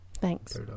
Thanks